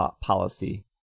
policy